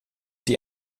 die